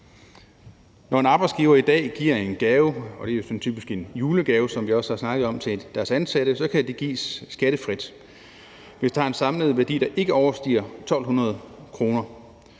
Når en arbejdsgiver i dag giver en gave – og det er jo typisk en julegave, som vi også har snakket om – til deres ansatte, kan det gives skattefrit, hvis det har en samlet værdi, der ikke overstiger 1.200 kr.